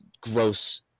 gross